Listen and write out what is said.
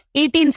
18